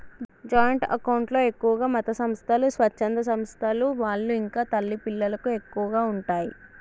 joint account లో ఎక్కువగా మతసంస్థలు, స్వచ్ఛంద సంస్థల వాళ్ళు ఇంకా తల్లి పిల్లలకు ఎక్కువగా ఉంటయ్